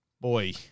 boy